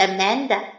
Amanda